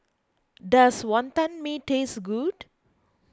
does Wantan Mee taste good